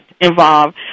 involved